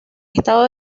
estado